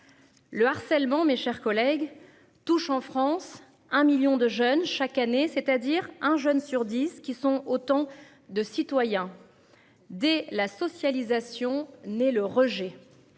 Le harcèlement, mes chers collègues touche en France un million de jeunes, chaque année, c'est-à-dire un jeune sur 10 qui sont autant de citoyens. Dès la socialisation né le rejet.